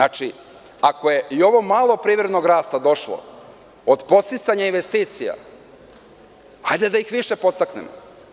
Ako je i ovo malo privrednog rasta došlo od podsticanja investicija, hajde da ih više podstaknemo.